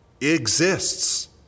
exists